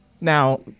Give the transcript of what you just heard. Now